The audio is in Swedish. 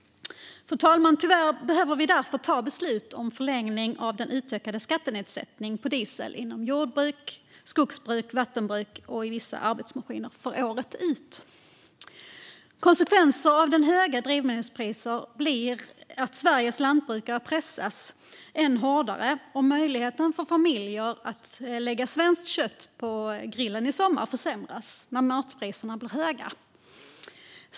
Fru talman! Tyvärr behöver vi därför fatta beslut om en förlängning året ut av den utökade skattenedsättningen på diesel som används i arbetsmaskiner som används inom jord-, skogs och vattenbruket. Konsekvensen av höga drivmedelspriser blir att Sveriges lantbrukare pressas än hårdare. Möjligheten för familjer att lägga svenskt kött på grillen i sommar försämras när matpriserna blir höga.